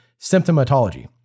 symptomatology